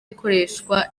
ikoreshwa